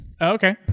Okay